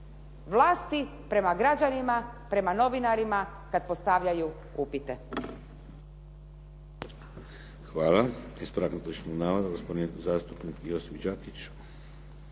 vlasti prema građanima, prema novinarima kad postavljaju upite.